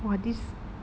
!wah! this